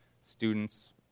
students